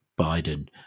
Biden